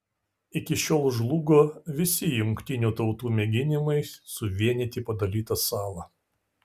iki šiol žlugo visi jungtinių tautų mėginimai suvienyti padalytą salą